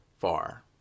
far